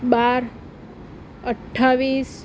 બાર અઠ્ઠાવીસ